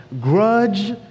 grudge